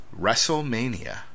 WrestleMania